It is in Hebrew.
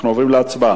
אנחנו עוברים להצבעה.